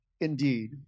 indeed